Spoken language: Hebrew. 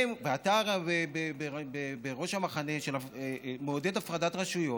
אתה בראש המחנה שמעודד הפרדת רשויות.